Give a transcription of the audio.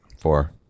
Four